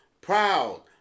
proud